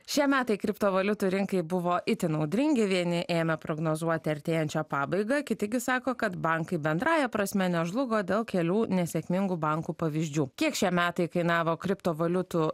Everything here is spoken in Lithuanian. šie metai kriptovaliutų rinkai buvo itin audringi vieni ėmė prognozuoti artėjančią pabaigą kiti gi sako kad bankai bendrąja prasme nežlugo dėl kelių nesėkmingų bankų pavyzdžių kiek šie metai kainavo kriptovaliutų